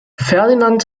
ferdinand